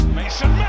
Mason